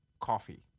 coffee